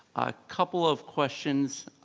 a couple of questions.